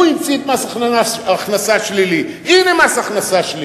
הוא המציא את מס הכנסה שלילי, הנה מס הכנסה שלילי.